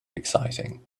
exciting